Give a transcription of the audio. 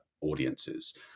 audiences